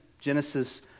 Genesis